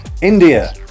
India